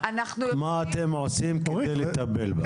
מה אתם עושים על מנת לטפל בה?